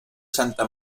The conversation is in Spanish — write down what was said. santa